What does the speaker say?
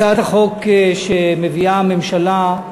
הצעת החוק שמביאה הממשלה,